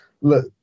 look